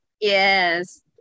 Yes